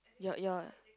your your